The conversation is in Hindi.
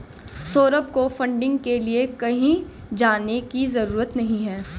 सौरभ को फंडिंग के लिए कहीं जाने की जरूरत नहीं है